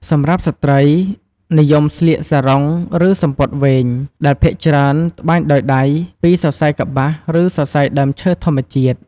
សម្រាប់ស្ត្រី:និយមស្លៀក សារុង ឬ សំពត់វែង ដែលភាគច្រើន ត្បាញដោយដៃ ពីសរសៃកប្បាស ឬសរសៃដើមឈើធម្មជាតិ។